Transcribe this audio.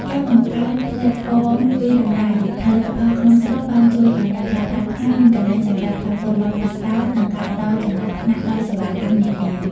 ការបង្កើតផ្លេតហ្វមវាយតម្លៃផលិតផលក្នុងស្រុក បានជួយឱ្យអ្នកប្រើប្រាស់ខ្មែរមានកន្លែងសម្រាប់ផ្លាស់ប្តូរបទពិសោធន៍ និងការផ្តល់ចំណាត់ថ្នាក់ដល់សេវាកម្មនានា។